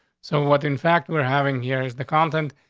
so what? in fact we're having here is the content.